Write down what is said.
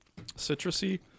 citrusy